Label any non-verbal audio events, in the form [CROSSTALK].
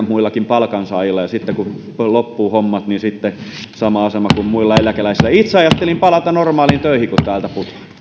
[UNINTELLIGIBLE] muillakin palkansaajilla ja kun loppuu hommat niin sitten sama asema kuin muilla eläkeläisillä itse ajattelin palata normaaliin työhön kun täältä